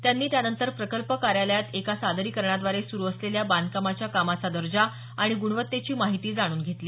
त्यांनी त्यानंतर प्रकल्प कार्यालयात एका सादरीकरणाद्वारे सुरु असलेल्या बांधकामाच्या कामाचा दर्जा आणि गुणवत्तेची माहिती जाणून घेतली